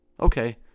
Okay